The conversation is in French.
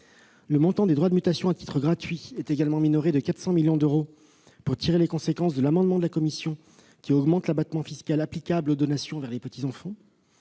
Le montant des droits de mutation à titre gratuit est également minoré de 400 millions d'euros, pour tirer les conséquences de l'adoption de l'amendement de la commission, qui augmente l'abattement fiscal applicable aux donations vers les petits-enfants.